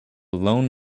lone